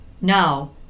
now